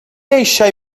eisiau